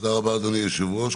תודה רבה, אדוני היושב-ראש.